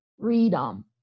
freedom